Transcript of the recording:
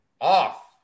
Off